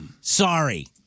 Sorry